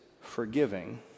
forgiving